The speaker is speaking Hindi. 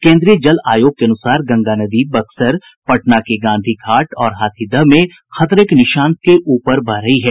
केन्द्रीय जल आयोग के अनुसार गंगा नदी बक्सर पटना के गांधी घाट और हाथीदह में खतरे के निशान के ऊपर बह रही है